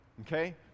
okay